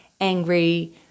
angry